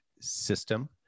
system